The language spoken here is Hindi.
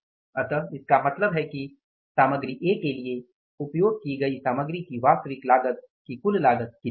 इसलिए इसका मतलब है कि सामग्री ए के लिए उपयोग की गई सामग्री की वास्तविक लागत की कुल लागत कितनी है